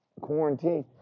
quarantine